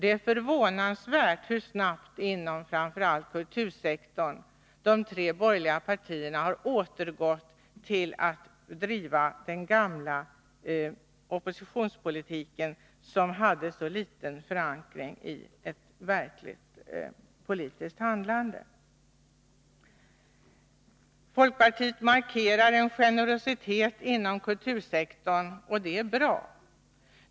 Det är förvånansvärt hur snabbt de tre borgerliga partierna — framför allt inom kultursektorn — har återgått till att driva den gamla oppositionspolitiken, som hade så liten förankring i ett verkligt politiskt handlande. Folkpartiet markerar en generositet inom kultursektorn, och det är bra.